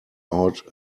out